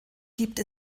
gibt